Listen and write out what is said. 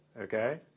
okay